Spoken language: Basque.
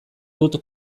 dut